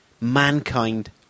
mankind